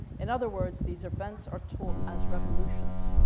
in other words these events are taught as revolutions.